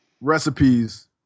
recipes